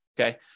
Okay